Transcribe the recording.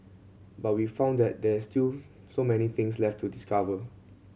but we found that there is still so many things left to discover